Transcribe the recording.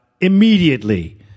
immediately